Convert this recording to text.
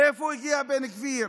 מאיפה הגיע בן גביר?